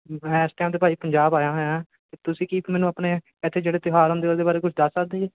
ਮੈਂ ਇਸ ਟਾਈਮ 'ਤੇ ਭਾਅ ਜੀ ਪੰਜਾਬ ਆਇਆ ਹੋਇਆ ਅਤੇ ਤੁਸੀਂ ਕੀ ਮੈਨੂੰ ਆਪਣੇ ਇੱਥੇ ਜਿਹੜੇ ਤਿਉਹਾਰ ਹੁੰਦੇ ਉਹਦੇ ਬਾਰੇ ਕੁਛ ਦੱਸ ਸਕਦੇ ਜੇ